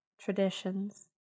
traditions